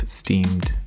steamed